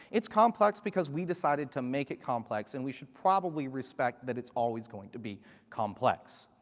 it's complex because we decided to make it complex and we should probably respect that it's always going to be complex.